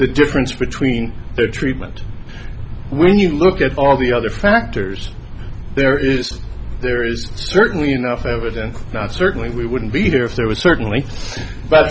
the difference between fair treatment when you look at all the other factors there is there is certainly enough evidence and certainly we wouldn't be here if there was certainly but